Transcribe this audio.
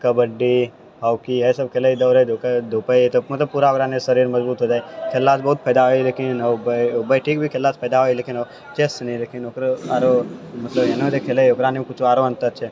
kabaddi hockey इएह सब खेलय खेलय धुपय मतलब पूरा ओकरा शरीर मजबूत हो जाय खेलला सऽ बहुत फायदा हय लेकिन बैठी के भी खेलला सऽ फायदा हय लेकिन चेस सुनी लेकिन ओकरो आरो मतलब एकरा उनी मे कुछ आरो अंतर छै